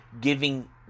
giving